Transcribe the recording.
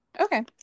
Okay